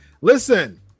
listen